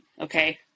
okay